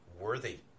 worthy